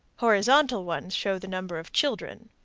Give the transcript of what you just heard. horizontal ones show the number of children.